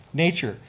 nature.